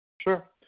Sure